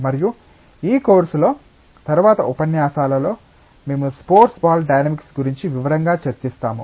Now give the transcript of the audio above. మరియు ఈ కోర్సులో తరువాత ఉపన్యాసాలలో మేము స్పోర్ట్స్ బాల్ డైనమిక్స్ గురించి వివరంగ చర్చిస్తాము